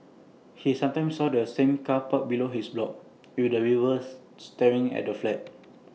he sometimes saw the same car parked below his block with the rivers staring at their flat